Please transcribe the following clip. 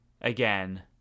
again